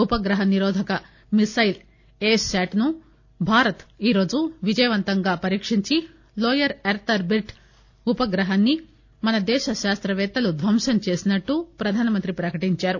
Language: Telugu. ఉపగ్రహ నిరోధక మిస్సైల్ ఎ శాట్ ను భారత్ ఈరోజు విజయవంతంగా పరీక్షించి లోయర్ ఎర్త్ ఆర్బిట్ ఉపగ్రహాన్ని మన దేశ శాస్తవేత్తలు ధ్వంసం చేసినట్లు ప్రధానమంత్రి ప్రకటించారు